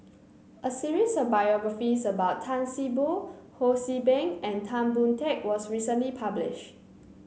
a series of biographies about Tan See Boo Ho See Beng and Tan Boon Teik was recently publish